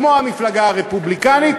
כמו עם המפלגה הרפובליקנית,